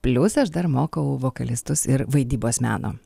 plius aš dar mokau vokalistus ir vaidybos meno